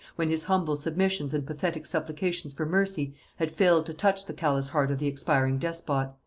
when his humble submissions and pathetic supplications for mercy had failed to touch the callous heart of the expiring despot.